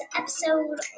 episode